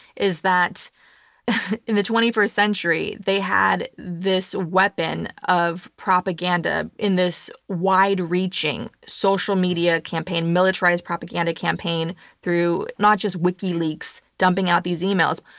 is that in the twenty first century, they had this weapon of propaganda in this wide-reaching social media campaign, militarized propaganda campaign through not just wikileaks dumping out these emails.